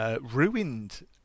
Ruined